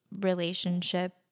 relationship